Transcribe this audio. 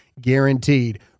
guaranteed